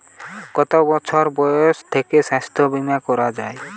কত বছর বয়স থেকে স্বাস্থ্যবীমা করা য়ায়?